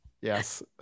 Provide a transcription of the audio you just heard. Yes